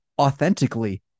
authentically